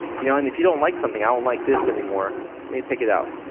you know and if you don't like something, i don't like this anymore i'm gonna take it out.